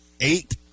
Eight